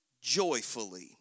joyfully